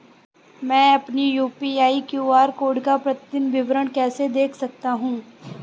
मैं अपनी UPI QR code का प्रतीदीन विवरण कैसे देख सकता हूँ?